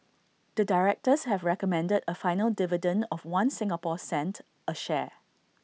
the directors have recommended A final dividend of One Singapore cent A share